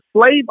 slave